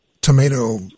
tomato